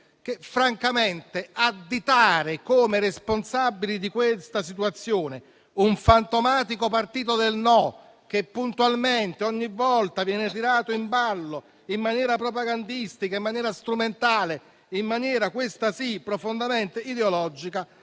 con lei - che additare come responsabile di questa situazione un fantomatico partito del «no», che puntualmente, ogni volta, viene tirato in ballo in maniera propagandistica e strumentale e in maniera - questa sì - profondamente ideologica,